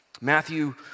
Matthew